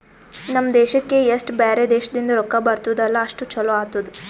ನಮ್ ದೇಶಕ್ಕೆ ಎಸ್ಟ್ ಬ್ಯಾರೆ ದೇಶದಿಂದ್ ರೊಕ್ಕಾ ಬರ್ತುದ್ ಅಲ್ಲಾ ಅಷ್ಟು ಛಲೋ ಆತ್ತುದ್